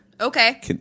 okay